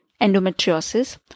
endometriosis